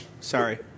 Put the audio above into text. Sorry